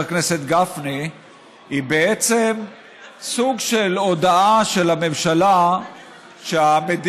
הכנסת גפני היא בעצם סוג של הודאה של הממשלה שהמדיניות,